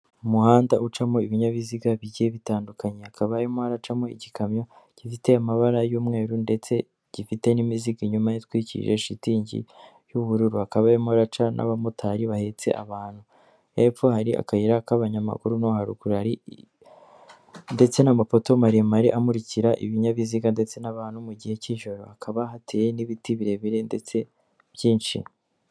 umuhanda ucamo ibinyabiziga bigiye bitandukanye hakaba harimo igikamyo gifite amabara y'umweru ndetse gifite n'imizigo inyuma itwikirije shitingi y'ubururu hakaba harimo haraca n'abamotari bahetse abantu hepfo hari akayira k'abanyamaguru no harukuri ndetse n'amapoto maremare amurikira ibinyabiziga ndetse n'abantu mu gihe cy'ijoro hakaba hateye n'ibiti birebire ndetse byinshi.